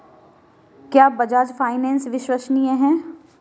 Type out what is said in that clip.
क्या बजाज फाइनेंस विश्वसनीय है?